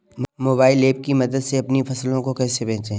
Mobile app की मदद से अपनी फसलों को कैसे बेचें?